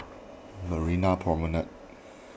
Marina Promenade